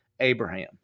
Abraham